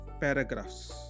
paragraphs